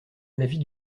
l’avis